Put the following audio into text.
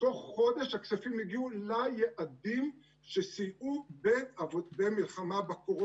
שתוך חודש הכספים הגיעו ליעדים וסייעו במלחמה בקורונה.